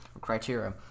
criteria